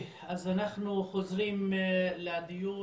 אז אנחנו חוזרים לדיון.